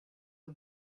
the